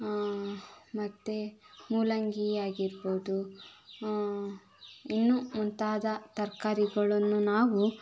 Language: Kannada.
ಮತ್ತು ಮೂಲಂಗಿ ಆಗಿರ್ಬೋದು ಇನ್ನೂ ಮುಂತಾದ ತರಕಾರಿಗಳನ್ನು ನಾವು